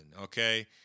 okay